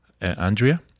Andrea